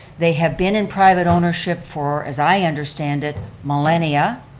they have been in private ownership for as i understand it millennia,